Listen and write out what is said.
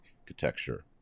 architecture